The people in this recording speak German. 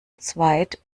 zweit